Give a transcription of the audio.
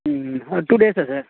two டேஸா sir